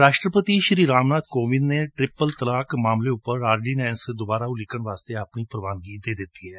ਰਾਸਟਰਪਤੀ ਰਾਮਨਾਬ ਕੋਵਿੰਦ ਨੇ ਤਿੰਨ ਤਲਾਕ ਮਾਮਲੇ ਉਪਰ ਆਰਡੀਨੈਂਸ ਦੁਬਾਰਾ ਉਲੀਕਣ ਲਈ ਆਪਣੀ ਪ੍ਰਵਾਨਗੀ ਦੇ ਦਿੱਤੀ ਏ